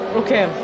okay